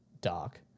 dark